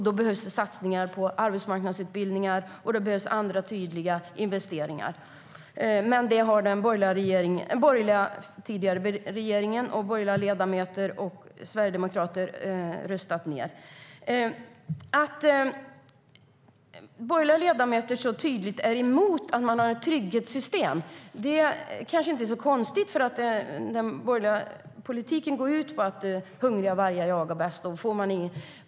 Då behövs det satsningar på arbetsmarknadsutbildningar och andra tydliga investeringar. Men det har den tidigare borgerliga regeringen, borgerliga ledamöter och sverigedemokrater röstat ned. Att borgerliga ledamöter så tydligt är emot ett trygghetssystem kanske inte är så konstigt. Den borgerliga politiken går ju ut på att hungriga vargar jagar bäst.